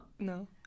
No